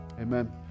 Amen